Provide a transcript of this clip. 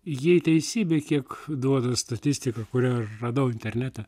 jei teisybė kiek duoda statistika kurią radau internete